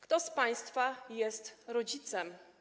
Kto z państwa jest rodzicem?